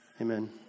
Amen